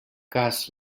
cas